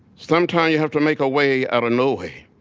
sometimes you have to make a way outta no way.